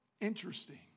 interesting